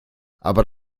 aber